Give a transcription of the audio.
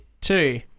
two